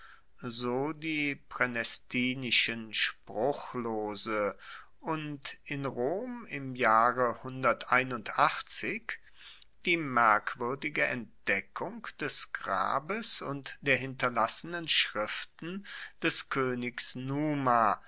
so die praenestinischen spruchlose und in rom im jahre die merkwuerdige entdeckung des grabes und der hinterlassenen schriften des koenigs numa